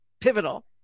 pivotal